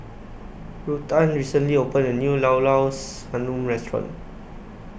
Ruthann recently opened A New Llao Llao Sanum Restaurant